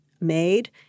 made